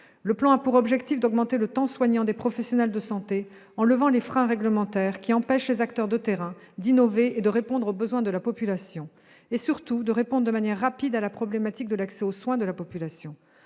Le plan a pour objectif d'augmenter le temps consacré aux soins des professionnels de santé en levant les freins réglementaires qui empêchent les acteurs de terrain d'innover et de répondre aux besoins de la population, et surtout de répondre de manière rapide à la problématique de l'accès aux soins. Ce plan